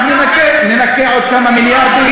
אז ננכה עוד כמה מיליארדים.